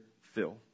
fill